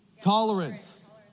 Tolerance